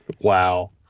Wow